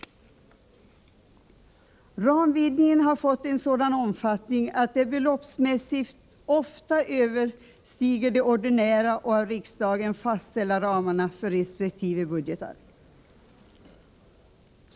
Ramvidgningen har fått en sådan omfattning att den beloppsmässigt ofta överstiger de ordinära och av riksdagen fastställda ramarna för resp. budgetar.